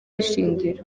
ishingiro